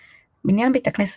בגוש חלב,